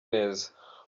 neza